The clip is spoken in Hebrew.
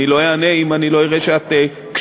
אני לא אענה אם אני לא אראה שאת קשובה.